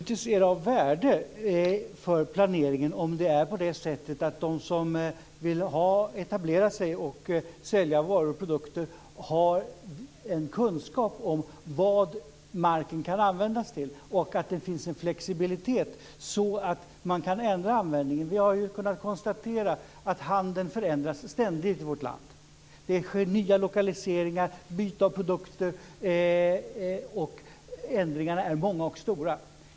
Fru talman! Naturligtvis är det av värde för planeringen om de som vill etablera sig för att sälja produkter har kunskap om vad marken kan användas till och har en flexibilitet, så att användningen kan ändras. Vi har kunnat konstatera att handeln förändras ständigt i vårt land. Det sker nya lokaliseringar, byte av produkter. Ändringarna är många och stora.